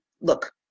look